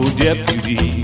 deputy